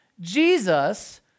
Jesus